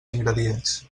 ingredients